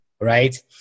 right